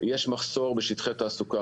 יש מחסור בשטחי תעסוקה.